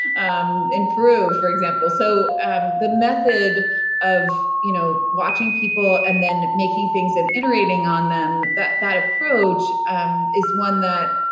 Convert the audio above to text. um improve for example, so and the method of, you know watching people and then making things and iterating on them. that that approach um is one that,